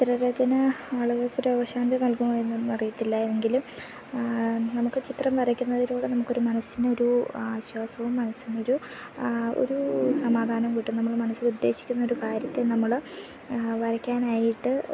ചിത്രരചന ആളുകൾക്ക് രോഗശാന്തി നൽകുമോ എന്നു അറിയത്തില്ല എങ്കിലും നമുക്ക് ചിത്രം വരയ്ക്കുന്നതിലൂടെ നമുക്ക് ഒരു മനസ്സിന് ഒരൂ ആശ്വാസവും മനസ്സിന് ഒരു ഒരൂ സമാധാനവും കിട്ടും നമ്മൾ മനസ്സിൽ ഉദ്ദേശിക്കുന്ന ഒരു കാര്യത്തെ നമ്മൾ വരയ്ക്കാനായിട്ട്